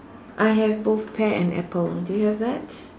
I have both pear and apple do you have that